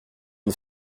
une